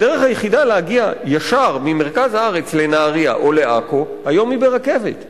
הדרך היחידה להגיע ישר ממרכז הארץ לנהרייה או לעכו היום היא ברכבת,